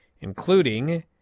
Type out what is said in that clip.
including